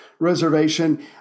reservation